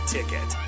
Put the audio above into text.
Ticket